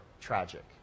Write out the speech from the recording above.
tragic